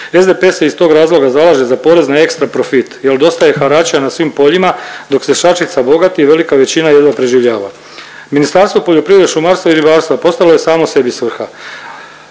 SDP se iz tog razloga zalaže za porez na ekstra profit jel dosta je harača na svim poljima dok se šačica bogati, velika većina jedva preživljava. Ministarstvo poljoprivrede, šumarstva i ribarstva postalo je samo sebi svrha,